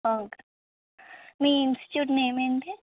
ఆ మీ institute name ఏంటి